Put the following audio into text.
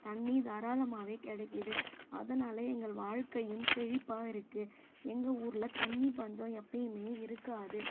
தண்ணி தாராளமாகவே கிடைக்கிது அதனால எங்கள் வாழ்க்கையும் செழிப்பாக இருக்கு எங்கள் ஊரில் தண்ணி பஞ்சம் எப்பயுமே இருக்காது